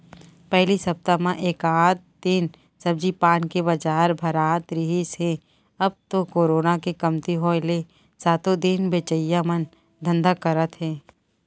पहिली सप्ता म एकात दिन सब्जी पान के बजार भरात रिहिस हे अब तो करोना के कमती होय ले सातो दिन बेचइया मन धंधा करत हे